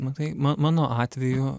matai ma mano atveju